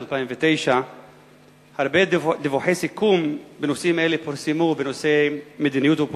2009. הרבה דיווחי סיכום בנושאים אלה פורסמו,